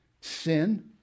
sin